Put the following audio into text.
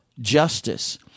justice